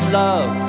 love